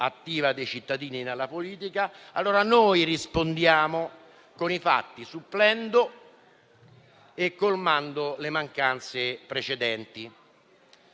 attiva dei cittadini della politica, noi rispondiamo con i fatti, supplendo e colmando le mancanze precedenti.